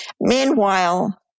Meanwhile